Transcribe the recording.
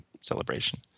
celebration